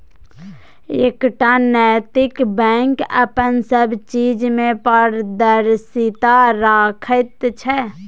एकटा नैतिक बैंक अपन सब चीज मे पारदर्शिता राखैत छै